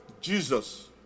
Jesus